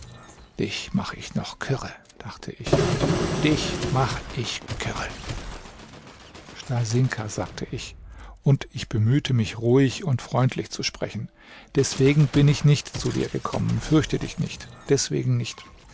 dich mach ich noch kirre dachte ich dich mache ich kirre stasinka sagte ich und ich bemühte mich ruhig und freundlich zu sprechen deswegen bin ich nicht zu dir gekommen fürchte dich nicht deswegen nicht